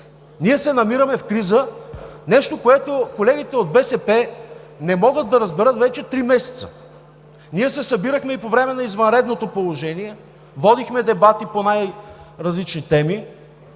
Ние се намираме в криза – нещо, което колегите от БСП не могат да разберат вече три месеца. Ние се събирахме и по време на извънредното положение, водихме дебати по най-различни теми